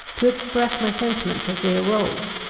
to express my sentiments as they arose,